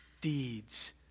deeds